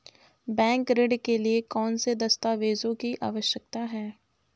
Bank ऋण के लिए कौन से दस्तावेजों की आवश्यकता है?